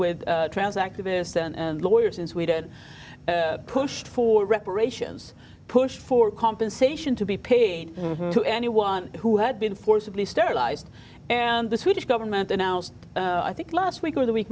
with trans activists and lawyers in sweden pushed for reparations push for compensation to be paid to anyone who had been forcibly sterilized and the swedish government announced i think last week or the week